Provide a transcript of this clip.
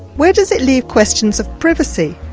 where does it leave questions of privacy,